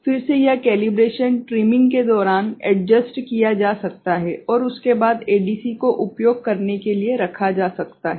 फिर से यह कैलिब्रेशन ट्रिमिंग के दौरान एडजस्टadjusted during calibration trimming किया जा सकता है और उसके बाद एडीसी को उपयोग करने के लिए रखा जा सकता है